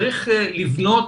צריך לבנות